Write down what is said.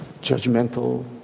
judgmental